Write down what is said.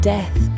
Death